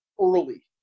early